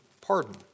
pardon